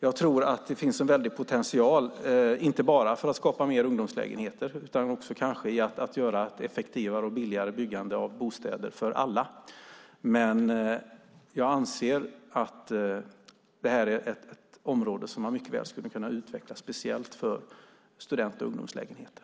Jag tror att det finns en potential inte bara för att skapa fler ungdomslägenheter utan också för att få ett effektivare och billigare byggande av bostäder för alla. Jag anser att det här är ett område som man mycket väl kan utveckla, speciellt för student och ungdomslägenheter.